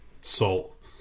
Salt